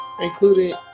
including